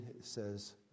says